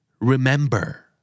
Remember